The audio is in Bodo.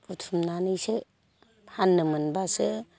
बुथुमनानैसो फाननो मोनब्लासो